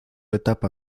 etapa